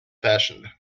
fashioned